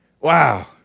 Wow